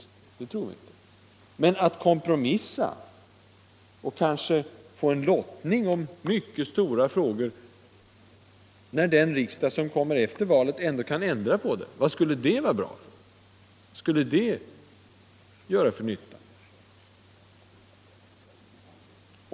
Men vad skulle det tjäna för ändamål att kompromissa och kanske få en lottning om mycket stora frågor, där riksdagen efter valet ändå kan ändra på beslutet?